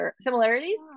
similarities